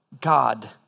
God